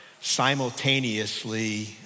simultaneously